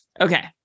Okay